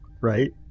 Right